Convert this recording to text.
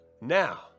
Now